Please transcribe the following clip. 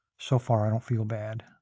so far, i don't feel bad.